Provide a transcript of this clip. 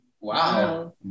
Wow